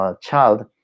child